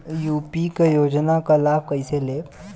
UP क योजना क लाभ कइसे लेब?